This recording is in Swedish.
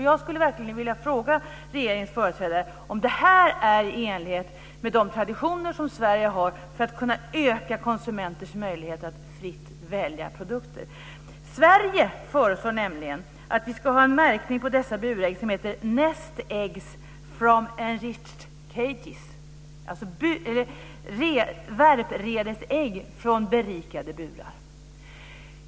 Jag skulle verkligen vilja fråga regeringens företrädare om det här är i enlighet med de traditioner som Sverige har för att öka konsumenters möjligheter att fritt välja produkter. Sverige föreslår nämligen att vi ska ha följande märkning på dessa burägg: Nest eggs from enriched cages, alltså värpredesägg från berikade burar.